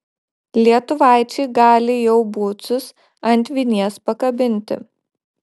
lietuvaičiai gali jau bucus ant vinies pakabinti